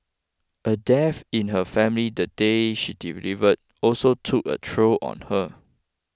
a death in her family the day she delivered also took a toll on her